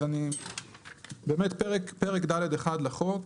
באמת פרק ד1 לחוק,